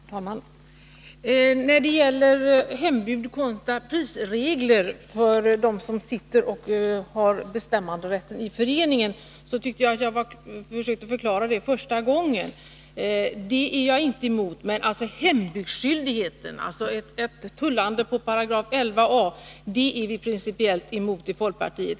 Herr talman! När det gäller hembud kontra prisregler för dem som har bestämmanderätten i föreningen försökte jag i mitt första inlägg förklara att jag inte är emot detta. Men hembudsskyldigheten, alltså ett ”tullande” på 11 a §, är vi principiellt emot i folkpartiet.